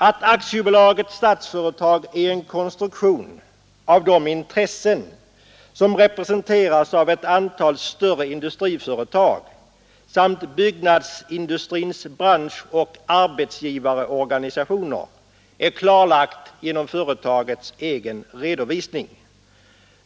Att AB Stadsfastigheter är en konstruktion av de intressen som representeras av ett antal större industriföretag samt byggnadsindustrins branschoch arbetsgivarorganisationer är klarlagt genom företagets egen redovisning.